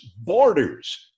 Borders